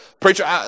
preacher